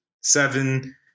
seven